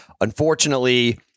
Unfortunately